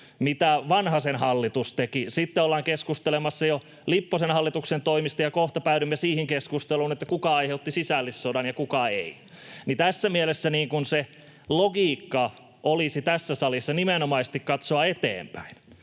mitä Vanhasen hallitus teki. Sitten ollaan keskustelemassa jo Lipposen hallituksen toimista, ja kohta päädymme siihen keskusteluun, kuka aiheutti sisällissodan ja kuka ei. Tässä mielessä se logiikka olisi tässä salissa nimenomaisesti katsoa eteenpäin.